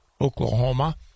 Oklahoma